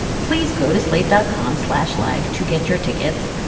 please go to slate dot com, slash live to get your tickets.